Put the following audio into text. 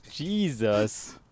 Jesus